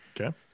Okay